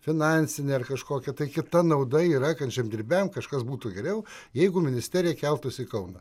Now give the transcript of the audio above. finansinė ar kažkokia kita nauda yra kad žemdirbiam kažkas būtų geriau jeigu ministerija keltųsi į kauną